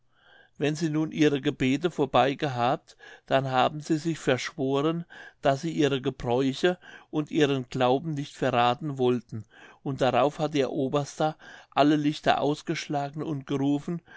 wenn sie nun ihre gebete vorbei gehabt dann haben sie sich verschworen daß sie ihre gebräuche und ihren glauben nicht verrathen wollten und darauf hat ihr oberster alle lichter ausgeschlagen und gerufen